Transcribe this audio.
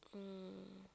mm